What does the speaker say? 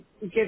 give